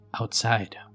outside